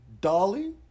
Dolly